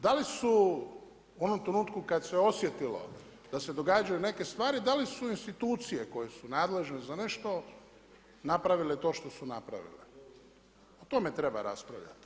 Da li su u onom trenutku kada se osjetilo da se događaju neke stvari, da li su institucije koje su nadležne za nešto napravile to što su napravile, o tome treba raspravljat.